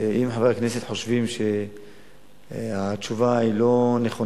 אם חברי הכנסת חושבים שהתשובה לא נכונה